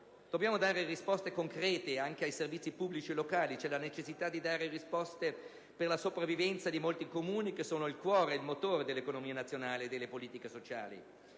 Dobbiamo dare risposte concrete anche ai servizi pubblici locali. È necessario dare risposte per consentire la sopravvivenza di molti Comuni che sono il cuore e il motore dell'economia nazionale e delle politiche sociali.